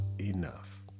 enough